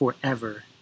Forever